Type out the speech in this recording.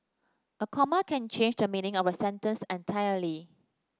a comma can change the meaning of a sentence entirely